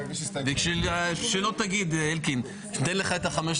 הישיבה ננעלה בשעה